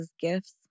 gifts